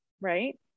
Right